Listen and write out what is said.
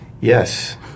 Yes